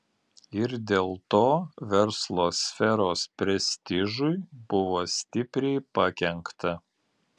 ir dėl to verslo sferos prestižui buvo stipriai pakenkta